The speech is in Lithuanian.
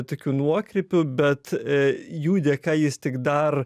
tokių nuokrypių bet jų dėka jis tik dar